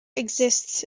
exists